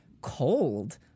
cold